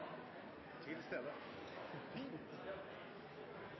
til stede